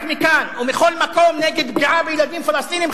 מכאן ומכל מקום נגד פגיעה בילדים פלסטינים,